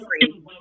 free